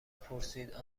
پرسید